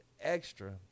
extra